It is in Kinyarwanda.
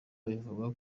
bivugwa